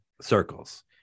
Circles